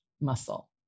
muscle